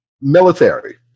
military